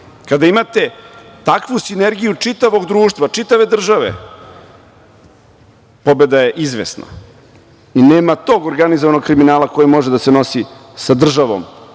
kada imate takvu sinergiju čitavog društva, čitave države, pobeda je izvesna i nema tog organizovanog kriminala koji može da se nosi sa državom